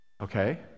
okay